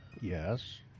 Yes